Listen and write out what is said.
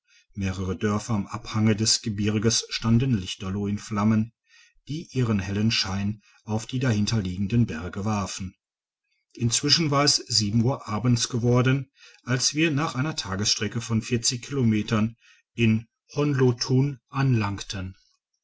mehrere dörfer am abhänge des gebirges standen lichterloh in flammen die ihren hellen schein auf die dahinterliegenden berge warfen inzwischen war es uhr abends geworden als wir nach einer tagesstrecke von kilometern in honlotun anlangten